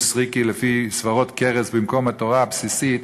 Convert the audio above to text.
סריקי לפי סברות כרס במקום התורה הבסיסית,